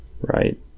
Right